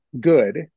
good